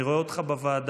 אני רואה אותך בוועדה,